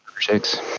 Six